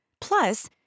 Plus